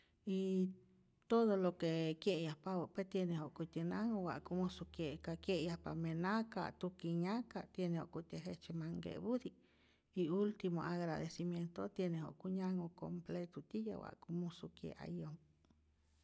Y todo lo que kye'yajpapä pue tiene ja'kutyä manhu wa'ku musu kye'e, ka kye'yajpa menaka' tuki nyaka', tiene ja'kutyä jejtzye manh nke'puti y ultimo agradecimiento' tiene ja'ku nyanhu completo titya'p wa'ku musu kye'a yomo.